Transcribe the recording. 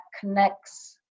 connects